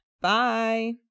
bye